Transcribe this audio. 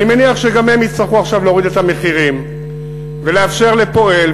אני מניח שגם הם יצטרכו עכשיו להוריד את המחירים ולאפשר לפועל,